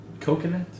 Coconut